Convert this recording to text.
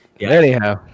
Anyhow